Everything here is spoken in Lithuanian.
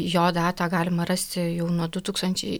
jo datą galima rasti jau nuo du tūkstančiai